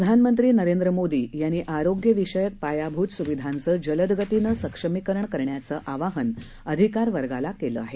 प्रधानमंत्री नरेंद्र मोदी यांनी आरोग्य विषयक पायाभूत सुविधांचं जलदगतीनं सक्षमीकरण करण्याचं आवाहन अधिकारी वर्गाला केलं आहे